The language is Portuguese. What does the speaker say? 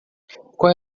qual